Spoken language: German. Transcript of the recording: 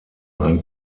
ein